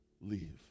leave